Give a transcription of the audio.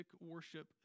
worship